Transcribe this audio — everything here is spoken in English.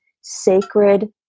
sacred